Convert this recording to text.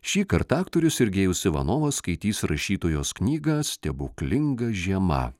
šįkart aktorius sergejus ivanovas skaitys rašytojos knygą stebuklinga žiema